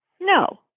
No